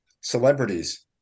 celebrities